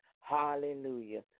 hallelujah